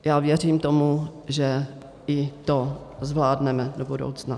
Já věřím tomu, že i to zvládneme do budoucna.